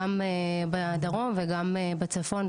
גם בדרום וגם בצפון,